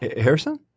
Harrison